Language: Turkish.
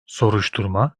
soruşturma